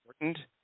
important